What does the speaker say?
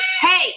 hey